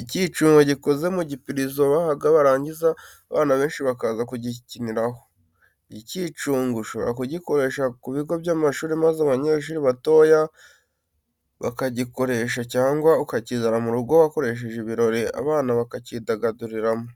Ikicungo gikoze mu gipirizo bahaga barangiza abana benshi bakaza kugikiniramo. Iki kicungo ushobora kugikoresha ku bigo by'amashuri maze abanyeshuri batoya bakagikoresha cyangwa ukakizana mu rugo wakoresheje ibirori abana bakakidagaduriramo.